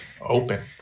open